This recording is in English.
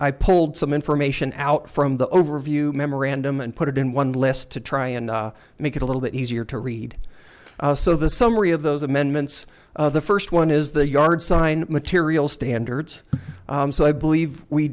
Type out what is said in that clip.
i pulled some information out from the overview memorandum and put it in one less to try and make it a little bit easier to read so the summary of those amendments the first one is the yard sign material standards so i believe we